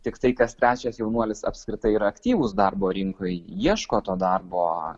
tiktai kas trečias jaunuolis apskritai yra aktyvūs darbo rinkoj ieško to darbo